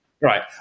right